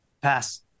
Pass